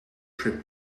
trip